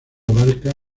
abarca